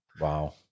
Wow